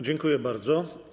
Dziękuję bardzo.